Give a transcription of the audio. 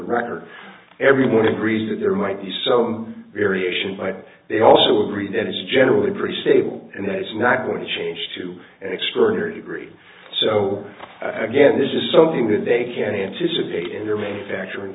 the record everyone agrees that there might be so variation but they also agree that it's generally pretty stable and that it's not going to change to an extraordinary degree so again this is something that they can anticipate in their main factoring